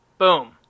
boom